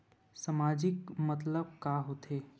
सामाजिक मतलब का होथे?